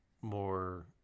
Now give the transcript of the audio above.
more